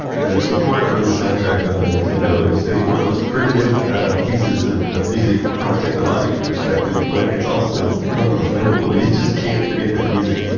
the super mario brothers soundtrack on the nintendo is is one of the most primitive ah pieces of of music from a technological perspective, but it's also one of the most memorable. you just can't forget that music.